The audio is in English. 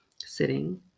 sitting